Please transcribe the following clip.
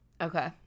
okay